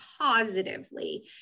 positively